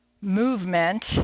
movement